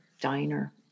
diner